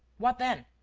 what, then?